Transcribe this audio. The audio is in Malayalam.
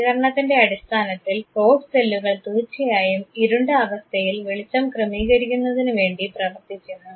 പ്രതികരണത്തിൻറെ അടിസ്ഥാനത്തിൽ റോഡ് സെല്ലുകൾ തീർച്ചയായും ഇരുണ്ട അവസ്ഥയിൽ വെളിച്ചം ക്രമീകരിക്കുന്നതിനുവേണ്ടി പ്രവർത്തിക്കുന്നു